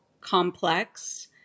complex